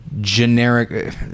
Generic